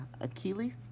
Achilles